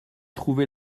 trouvé